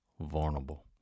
vulnerable